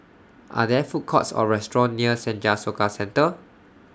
Are There Food Courts Or restaurants near Senja Soka Centre